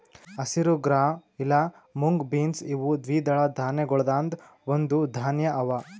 ಹಸಿರು ಗ್ರಾಂ ಇಲಾ mung beans ಇವು ದ್ವಿದಳ ಧಾನ್ಯಗೊಳ್ದಾಂದ್ ಒಂದು ಧಾನ್ಯ ಅವಾ